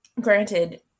Granted